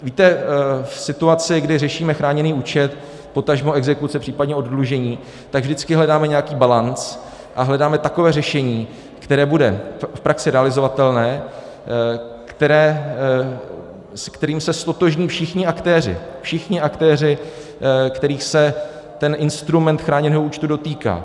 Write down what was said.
Víte, v situaci, kdy řešíme chráněný účet, potažmo exekuce, případně oddlužení, tak vždycky hledáme nějaký balanc a hledáme takové řešení, které bude v praxi realizovatelné, se kterým se ztotožní všichni aktéři, kterých se instrument chráněného účtu dotýká.